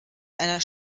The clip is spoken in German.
einer